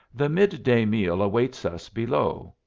the mid-day meal awaits us below.